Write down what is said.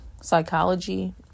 psychology